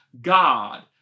God